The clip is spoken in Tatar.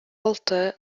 алты